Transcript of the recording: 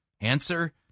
Answer